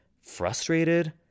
Frustrated